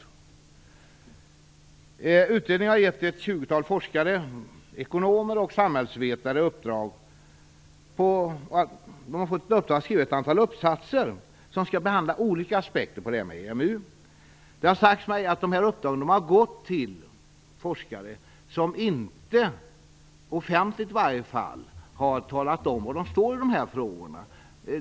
Man har gett i uppdrag åt ett tjugotal forskare, ekonomer och samhällsvetare, att skriva ett antal uppsatser som skall behandla olika aspekter av EMU. Det har sagts mig att uppdragen har gått till forskare som inte, offentligt i varje fall, har talat om var de står i de här frågorna.